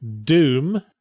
Doom